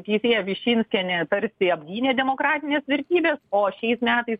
tiesėja višinskienė tarsi apgynė demokratines vertybes o šiais metais